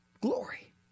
glory